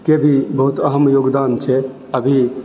के भी बहुत अहम योगदान छै अभी